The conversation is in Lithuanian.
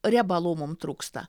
riebalų mum trūksta